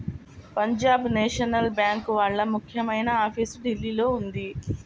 Punjab national bank వాళ్ళ ముఖ్యమైన office ఢిల్లీలో ఉంది